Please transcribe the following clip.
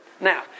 Now